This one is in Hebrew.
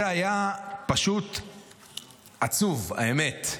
זה היה פשוט עצוב, באמת.